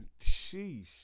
Sheesh